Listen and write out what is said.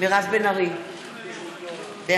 מירב בן ארי, בעד